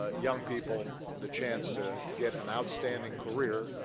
ah young people the chance to get an outstanding career.